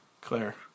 Claire